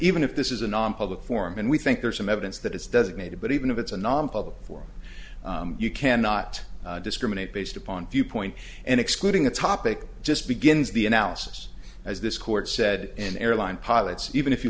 even if this is a non public forum and we think there's some evidence that it's does it maybe but even if it's a nonpublic for you cannot discriminate based upon viewpoint and excluding a topic just begins the analysis as this court said an airline pilot's even if you